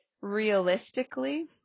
realistically